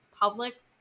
public